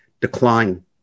decline